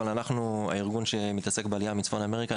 אנחנו ארגון שמתעסק בעלייה מצפון אמריקה.